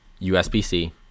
USB-C